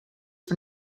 for